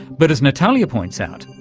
but as natalia points out,